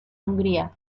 hungría